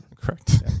Correct